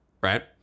right